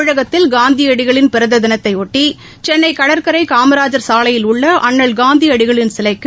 தமிழகத்தில் காந்தியடிகளின் பிறந்த தினத்தை ஒட்டி சென்னை கடற்கரை காமராஜர் சாலையில் உள்ள அண்ணல் காந்தியடிகளின் சிலைக்கு